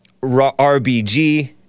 RBG